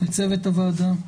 לצוות הוועדה,